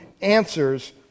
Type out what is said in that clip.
answers